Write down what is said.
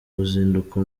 ruzinduko